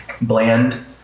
bland